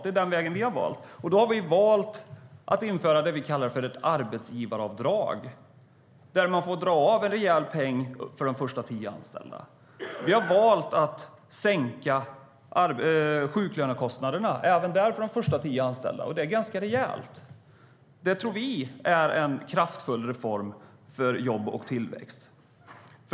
Det är den vägen vi har valt. Vi har valt att införa det vi kallar ett arbetsgivaravdrag, det vill säga att man får dra av en rejäl peng för de första tio anställda. Vi har också valt att sänka sjuklönekostnaderna, även där för de första tio anställda. Det är ganska rejält. Det tror vi är en kraftfull reform för jobb och tillväxt.